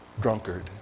drunkard